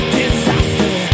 disaster